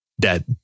dead